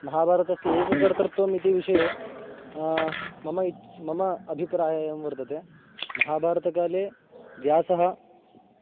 महाभारतस्य एककर्तृत्वम् इति विषये मम इच् मम अभिप्रायः एवं वर्तते महाभारतकाले व्यासः